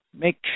make